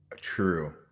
True